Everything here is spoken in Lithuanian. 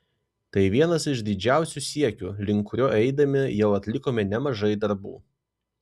tai vienas iš didžiausių siekių link kurio eidami jau atlikome nemažai darbų